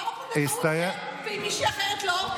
למה פונדקאות כן ועם מישהי אחרת לא?